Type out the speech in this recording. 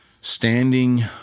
standing